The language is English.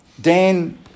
Dan